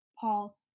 Paul